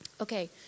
Okay